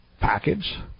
package